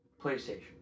PlayStation